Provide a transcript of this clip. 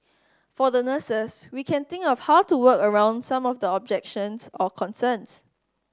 for the nurses we can think of how to work around some of the objections or concerns